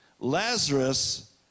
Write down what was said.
Lazarus